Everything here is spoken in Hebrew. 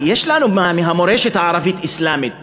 יש לנו מהמורשת הערבית-אסלאמית